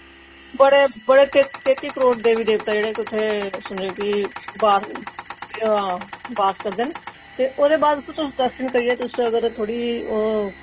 बड़े बड़े तेती करोड़ देवी देवता जेह्ड़े कि उत्थै समझो कि उत्थै बास करदे न ते ओह्दे बाद फिर तुस दर्शन करिये तुस अगर थोह्ड़ी ओह्